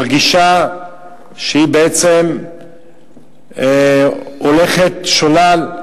מרגישה שהיא בעצם הולכת שולל,